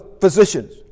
physicians